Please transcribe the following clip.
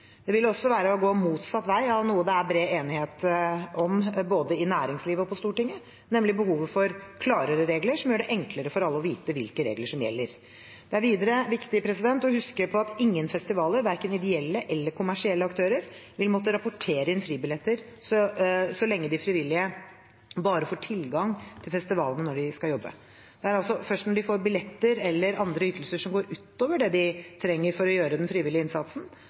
Det ville også være å gå motsatt vei av noe det er bred enighet om både i næringslivet og på Stortinget, nemlig behovet for klarere regler som gjør det enklere for alle å vite hvilke regler som gjelder. Det er videre viktig å huske på at ingen festivaler, verken ideelle eller kommersielle aktører, vil måtte rapportere inn fribilletter så lenge de frivillige bare får tilgang til festivalen når de skal jobbe. Det er altså først hvis de får billetter eller andre ytelser som går utover det de trenger for å gjøre den frivillige innsatsen,